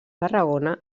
tarragona